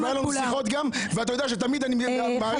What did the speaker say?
היו לנו שיחות ואתה יודע שתמיד אני מעריך אותך.